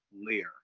Lear